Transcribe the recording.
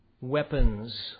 weapons